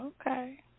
Okay